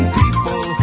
people